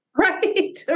Right